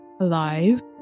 alive